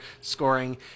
scoring